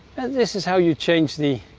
and this is how you change the